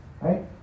right